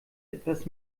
etwas